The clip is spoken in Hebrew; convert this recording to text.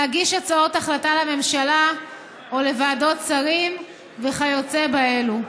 להגיש הצעות החלטה לממשלה או לוועדות שרים וכיוצא באלו.